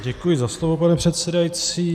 Děkuji za slovo, pane předsedající.